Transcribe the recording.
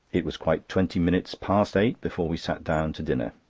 it was quite twenty minutes past eight before we sat down to dinner.